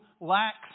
lacks